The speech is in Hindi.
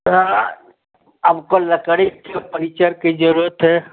हाँ हमको लकड़ी के पनिचर की ज़रूरत है